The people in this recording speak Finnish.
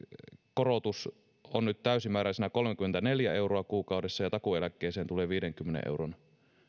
korotus on nyt täysimääräisenä kolmekymmentäneljä euroa kuukaudessa ja ja takuueläkkeeseen tulee viidenkymmenen euron